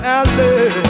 alley